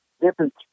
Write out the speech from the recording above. different